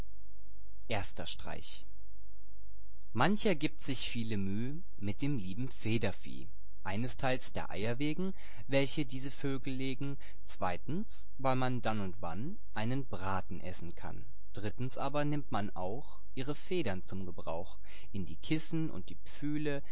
erster streich mancher gibt sich viele müh mit dem lieben federvieh einesteils der eier wegen welche diese vögel legen zweitens weil man dann und wann einen braten essen kann drittens aber nimmt man auch ihre federn zum gebrauch in die kissen und die pfühle